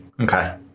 Okay